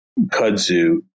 kudzu